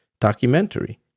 documentary